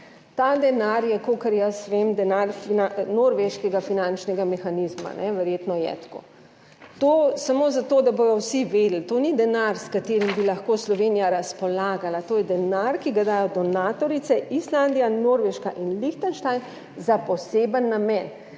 Ta denar je, kolikor jaz vem, denar norveškega finančnega mehanizma, verjetno je tako. To samo zato, da bodo vsi vedeli, to ni denar, s katerim bi lahko Slovenija razpolagala, to je denar, ki ga dajo donatorice, Islandija, Norveška in Liechtenstein za poseben namen